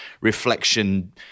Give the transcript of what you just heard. reflection